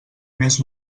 més